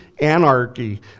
anarchy